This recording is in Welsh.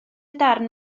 darn